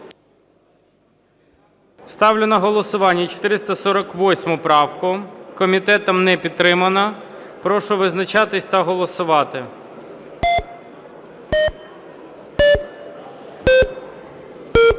Ставлю на голосування 448 правку. Комітетом не підтримана. Прошу визначатися та голосувати. 11:27:58